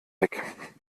weg